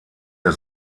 der